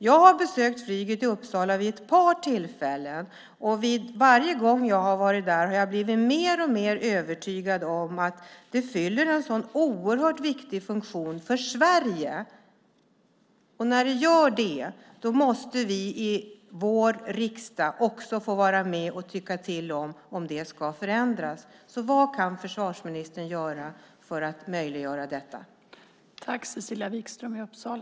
Jag har besökt flyget i Uppsala vid ett par tillfällen. Varje gång jag har varit där har jag blivit mer och mer övertygad om att det fyller en oerhört viktig funktion för Sverige. När det gör det måste vi i vår riksdag också få vara med och tycka till om det ska förändras. Vad kan försvarsministern göra för att möjliggöra detta?